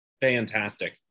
fantastic